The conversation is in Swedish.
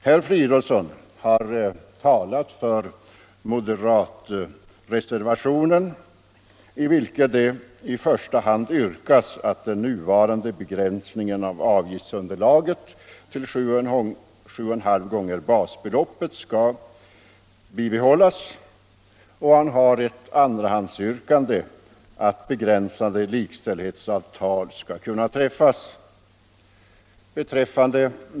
Herr Fridolfsson har talat för moderatreservationen, i vilken det i första hand yrkas att den nuvarande begränsningen av avgiftsunderlaget till sju och en halv gånger basbeloppet skall bibehållas, och han har ett andrahandsyrkande om att begränsade likställighetsavtal skall kunna träffas.